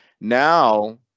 now